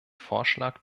vorschlag